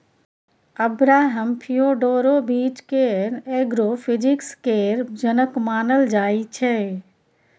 Abraham Fyodorovich केँ agro physics केर जनक मानल जाइ छै